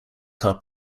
car